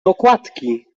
okładki